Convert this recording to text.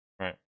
Right